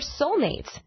soulmates